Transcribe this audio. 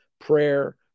prayer